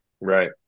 Right